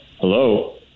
Hello